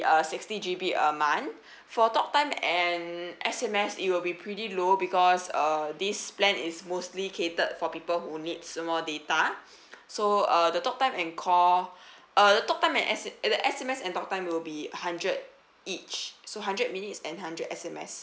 uh sixty G_B a month for talk time and S_M_S it will be pretty low because uh this plan is mostly catered for people who needs more data so uh the talk time and call uh the talk time and S the S_M_S and talk time will be a hundred each so hundred minutes and hundred S_M_S